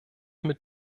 mit